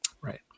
right